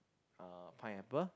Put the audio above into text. uh pineapple